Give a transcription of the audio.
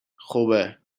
خوبه